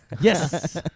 Yes